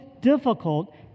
difficult